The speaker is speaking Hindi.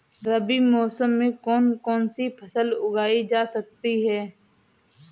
रबी मौसम में कौन कौनसी फसल उगाई जा सकती है?